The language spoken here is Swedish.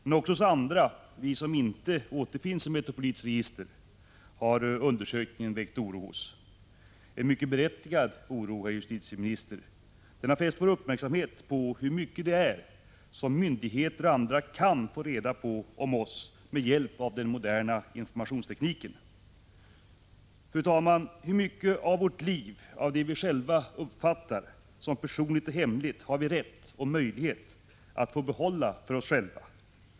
Men också hos oss andra, som inte återfinns i Metropolits register, har undersökningen väckt oro. Det är en mycket berättigad oro, herr justitieminister. Metropolit har fäst vår uppmärksamhet på hur mycket det är som myndigheter och andra kan få reda på om oss med hjälp av den moderna informationstekniken. Fru talman! Hur mycket av vårt liv, av det vi själva uppfattar som personligt och hemligt, har vi rätt och möjlighet att få behålla för oss själva?